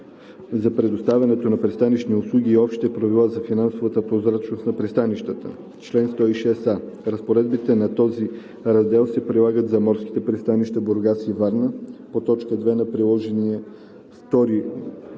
за предоставянето на пристанищни услуги и общите правила за финансовата прозрачност на пристанищата Чл. 106а. Разпоредбите на този раздел се прилагат за морските пристанища Бургас и Варна по т. 2 на приложение II